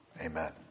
Amen